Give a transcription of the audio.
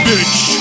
Bitch